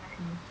mm